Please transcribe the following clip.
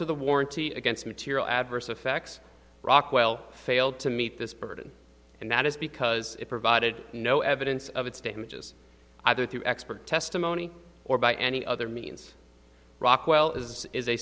to the warranty against material adverse effects rockwell failed to meet this burden and that is because it provided no evidence of its damages either through expert testimony or by any other means rockwell as is a